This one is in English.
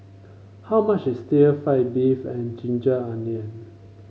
how much is fry beef and ginger onion